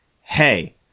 hey